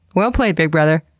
well played, big brother.